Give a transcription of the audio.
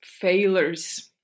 failures